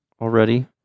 already